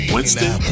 Winston